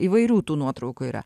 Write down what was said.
įvairių tų nuotraukų yra